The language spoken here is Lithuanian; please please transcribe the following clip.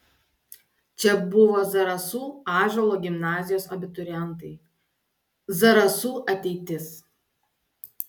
čia buvo zarasų ąžuolo gimnazijos abiturientai zarasų ateitis